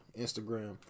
Instagram